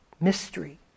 Mystery